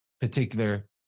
particular